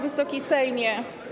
Wysoki Sejmie!